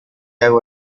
hago